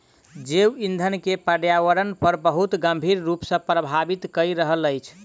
जैव ईंधन के पर्यावरण पर बहुत गंभीर रूप सॅ प्रभावित कय रहल अछि